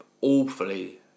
awfully